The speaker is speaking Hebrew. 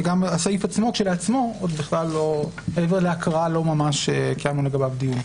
וגם הסעיף כשלעצמו מעבר להקראה לא ממש קיימנו לגביו דיון.